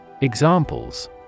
Examples